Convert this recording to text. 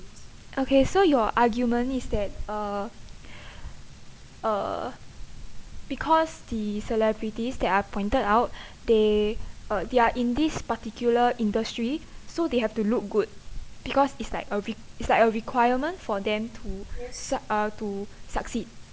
okay so your argument is that uh uh because the celebrities that are pointed out they uh they are in this particular industry so they have to look good because it's like a it's like a requirement for them to uh to succeed